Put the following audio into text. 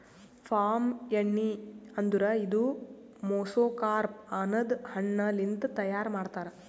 palm ಎಣ್ಣಿ ಅಂದುರ್ ಇದು ಮೆಸೊಕಾರ್ಪ್ ಅನದ್ ಹಣ್ಣ ಲಿಂತ್ ತೈಯಾರ್ ಮಾಡ್ತಾರ್